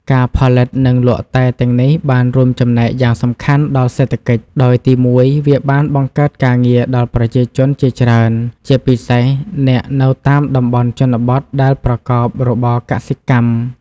ការផលិតនិងលក់តែទាំងនេះបានរួមចំណែកយ៉ាងសំខាន់ដល់សេដ្ឋកិច្ច ដោយទី១ វាបានបង្កើតការងារ ដល់ប្រជាជនជាច្រើន ជាពិសេសអ្នកនៅតាមតំបន់ជនបទដែលប្រកបរបរកសិកម្ម។